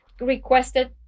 requested